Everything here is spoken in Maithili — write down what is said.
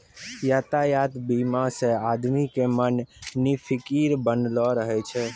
यातायात बीमा से आदमी के मन निफिकीर बनलो रहै छै